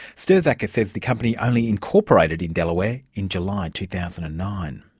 sturzaker says the company only incorporated in delaware in july, two thousand and nine.